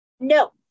No